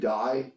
die